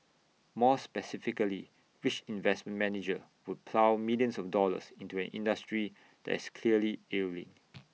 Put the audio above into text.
more specifically which investment manager would plough millions of dollars into an industry that is clearly ailing